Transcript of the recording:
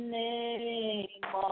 name